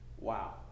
Wow